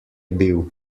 bil